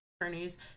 attorneys